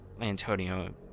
Antonio